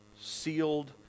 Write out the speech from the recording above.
sealed